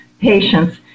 patients